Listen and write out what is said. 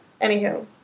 Anywho